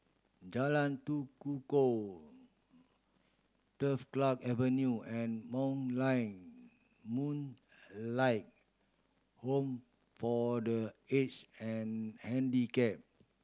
Jalan Tekukor Turf Club Avenue and Moonlight Moonlight Home for The Aged and Handicapped